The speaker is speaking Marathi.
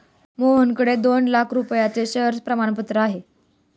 मोहनकडे दोन लाख रुपयांचे शेअर प्रमाणपत्र आहे